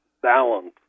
balance